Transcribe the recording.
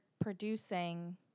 producing